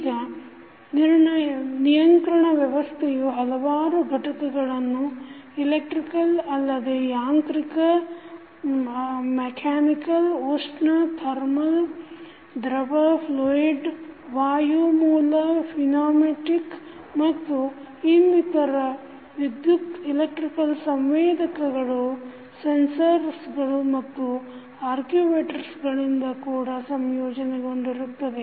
ಈಗ ನಿಯಂತ್ರಣ ವ್ಯವಸ್ಥೆಯು ಹಲವಾರು ಘಟಕಗಳನ್ನು ಇಲೆಕ್ಟ್ರಿಕ್ ಅಲ್ಲದೆ ಯಾಂತ್ರಿಕ ಉಷ್ಣ ದ್ರವ ವಾಯು ಮೂಲ ಮತ್ತು ಇನ್ನಿತರ ವಿದ್ಯುತ್ ಸಂವೇದಕಗಳು ಮತ್ತು ಆಕ್ಯೂವೇಟರ್ಗಳಿಂದ ಕೂಡ ಸಂಯೋಜನೆಗೊಂಡಿರುತ್ತದೆ